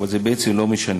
אבל זה בעצם לא משנה.